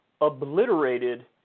obliterated